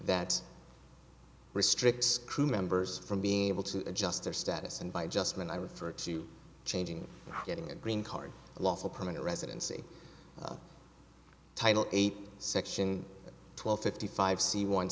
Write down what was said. that restricts crew members from being able to adjust their status and by just when i refer to changing getting a green card lawful permanent residency title eight section twelve fifty five c one